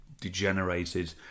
degenerated